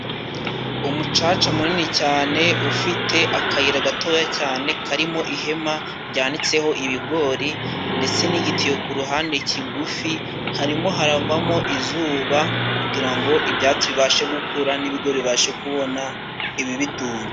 Umucaca munini cyane ufite akayira gatoya cyane karimo ihema ryanditseho ibigori ndetse n'igitiyo ku ruhande kigufi, harimo haravamo izuba kugira ngo ibyatsi bibashe gukura n'ibigori bibashe kubona ibibitunga.